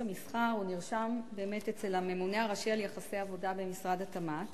המסחר נרשם באמת אצל הממונה הראשי על יחסי עבודה במשרד התמ"ת.